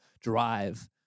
drive